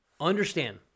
Understand